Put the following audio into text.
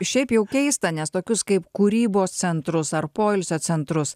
šiaip jau keista nes tokius kaip kūrybos centrus ar poilsio centrus